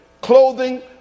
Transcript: clothing